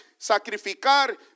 sacrificar